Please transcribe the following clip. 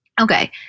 Okay